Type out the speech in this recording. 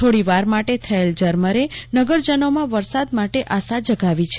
થોડીકવાર માટે થયેલ ઝરમરે નગરજનોમાં વરસાદી આશા જગાવી છે